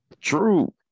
True